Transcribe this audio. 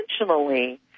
intentionally